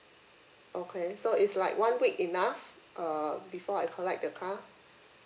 okay so is like one week enough uh before I collect the car